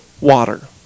water